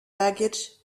baggage